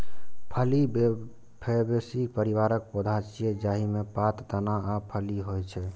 फली फैबेसी परिवारक पौधा छियै, जाहि मे पात, तना आ फली होइ छै